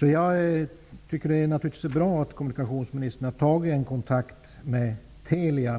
Jag tycker därför att det är bra att kommunikationsministern har tagit kontakt med Telia.